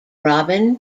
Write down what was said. robin